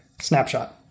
snapshot